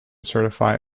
certify